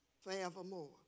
forevermore